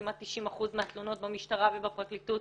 כמעט 90% מהתלונות במשטרה ובפרקליטות